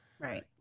Right